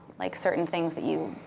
like certain things that you